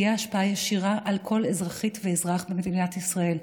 תהיה השפעה ישירה על כל אזרחית ואזרח במדינת ישראל,